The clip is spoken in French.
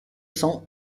cents